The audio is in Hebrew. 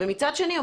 ומצד שני,